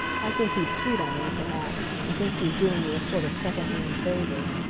i think he's sweet on you, perhaps, and thinks he's doing you a sort of second-hand favor.